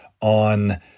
on